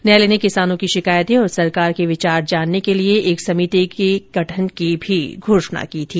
न्यायालय ने किसानों की शिकायतें और सरकार के विचार जानने के लिए एक समिति के गठन की भी घोषणा की थी